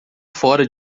fora